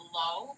low